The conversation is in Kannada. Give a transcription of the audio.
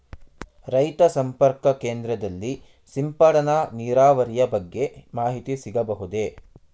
ರೈತ ಸಂಪರ್ಕ ಕೇಂದ್ರದಲ್ಲಿ ಸಿಂಪಡಣಾ ನೀರಾವರಿಯ ಬಗ್ಗೆ ಮಾಹಿತಿ ಸಿಗಬಹುದೇ?